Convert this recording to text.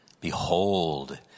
Behold